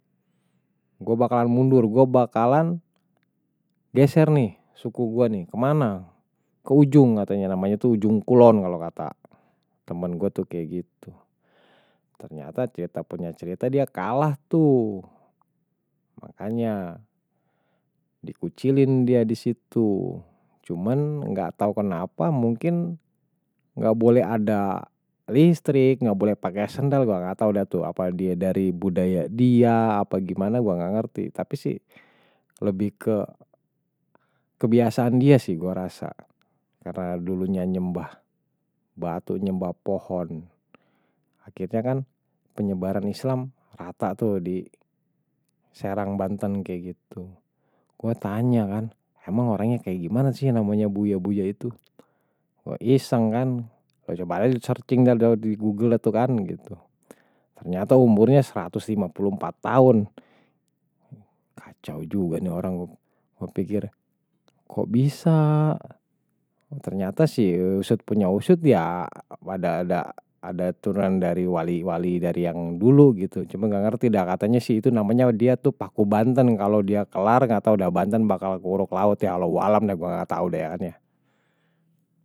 Gua bakalan mundur, gua bakalan geser nih suku gua nih, kemana ke ujung, katanya namanya tuh ujung kulon kalo kata temen gua tuh kaya gitu. Ternyata cerita punya cerita dia kalah tuh, makanya dikucilin dia disitu. Cuman gak tau kenapa mungkin gak boleh ada listrik, gak boleh pakai sandal, gua gak tau dah tuh. Apa dia dari budaya dia. apa gimana gua gak ngerti. Tapi sih lebih ke kebiasaan dia sih gua rasa, karena dulunya nyembah, batu nyembah pohon. Akhirnya kan penyebaran islam rata tuh di serang banten kaya gitu. Gua tanya kan, emang orangnya kaya gimana sih namanya buya-buya itu, gua iseng kan, gua coba searching dari google itu kan. Ternyata umurnya seratu lima puluh empat, tahun. Kacau juga nih orang gua pikir, kok bisa ternyata sih usut punya usut ya ada turunan dari wali-wali dari yang dulu gitu. Cuman gak ngerti dah, gak katanya sih namanya dia tuh paku banten. Kalo dia kelar gak tau udah banten bakal ke uruk laut ya allahu a'lam deh, gua gak tau dehannye.